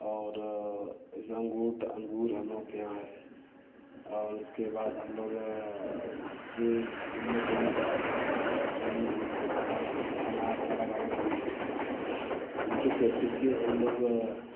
और अंगूर हम लोगों के यहाँ है और उसके बाद हम लोग सेब मौसम्मी का है सेब का नहीं है मौसम्मी के लगाए हुए हैं अनार का लगाए हुए हैं इनके सुरक्षित के हम लोग